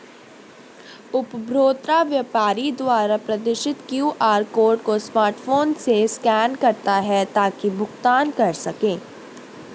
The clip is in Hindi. उपभोक्ता व्यापारी द्वारा प्रदर्शित क्यू.आर कोड को स्मार्टफोन से स्कैन करता है ताकि भुगतान कर सकें